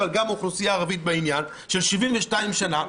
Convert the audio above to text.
אבל גם האוכלוסייה הערבית בעניין של 72 שנה,